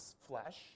flesh